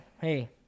Hey